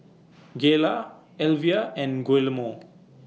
Gayla Elvia and Guillermo